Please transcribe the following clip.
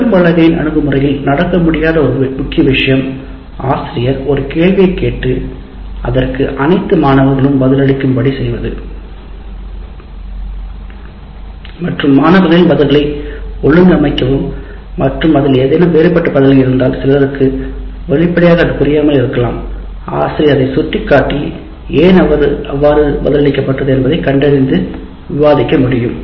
கரும்பலகையின் அணுகுமுறையில் நடக்க முடியாத ஒரு முக்கிய விஷயம் ஆசிரியர் ஒரு கேள்வியைக் கேட்டு அதற்கு அனைத்து மாணவர்களும் பதிலளிக்கும்படி செய்வது மாணவர்களின் பதில்களை ஒழுங்கமைக்கவும் மற்றும் அதில் ஏதேனும் வேறுபட்ட பதில்கள் இருந்தால் சிலருக்கு வெளிப்படையாக அது புரியாமல் இருக்கலாம் ஆசிரியர் அதை சுட்டிக்காட்டி ஏன் அவ்வாறு பதிலளிக்கப்பட்டது என்பதை கண்டறிந்து விவாதிக்க முடியும்